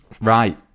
Right